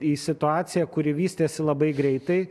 į situaciją kuri vystėsi labai greitai